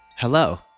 Hello